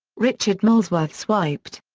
richard molesworth's wiped!